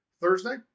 Thursday